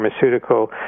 pharmaceutical